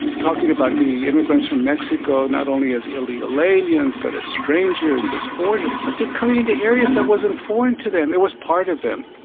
talking about the immigrants from mexico not only as illegal aliens but as strangers, as foreigners, but kind of into areas that wasn't foreign to them, it was part of them.